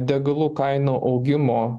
degalų kainų augimo